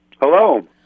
Hello